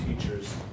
teachers